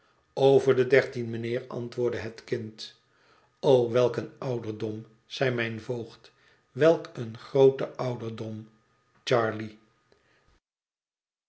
over de dertien mijnheer antwoordde het kind o welk een ouderdom zeide mijn voogd welk een groote ouderdom charley